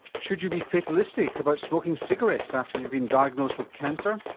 should you be fatalistic about smoking cigarettes after you've been diagnosed with cancer?